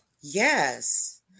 Yes